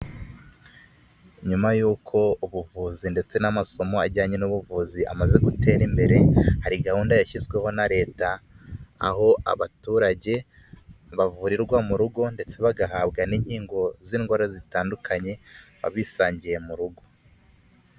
Nyuma y'uko ubuvuzi ndetse n'amasomo ajyanye n'ubuvuzi amaze gutera imbere hari gahunda yashyizweho na leta, aho abaturage bavurirwa mu rugo ndetse bagahabwa n'inkingo z'indwara zitandukanye babisangiye mu rugo.